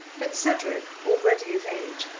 but cedric, already of age,